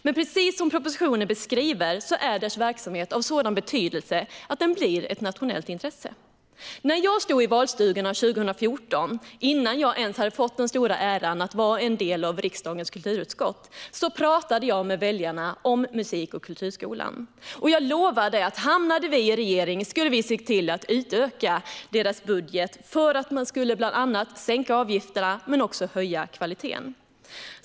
Men precis som propositionen beskriver är dess verksamhet av sådan betydelse att den är av nationellt intresse. När jag stod i valstugorna 2014, innan jag ens hade fått den stora äran att vara en del av riksdagens kulturutskott, pratade jag med väljarna om musik och kulturskolan. Jag lovade att om vi hamnade i regering skulle vi se till att utöka dess budget för att bland annat sänka avgifterna men också höja kvaliteten.